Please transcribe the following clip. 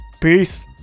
Peace